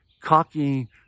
cocky